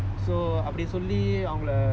thing lah I don't know where lah medical field